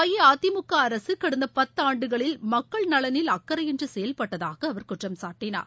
அஇஅதிமுக அரசு கடந்த பத்து ஆண்டுகளில் மக்கள் நலனில் அக்கறையின்றி செயல்பட்டதாக அவர் குற்றம்சாட்டினார்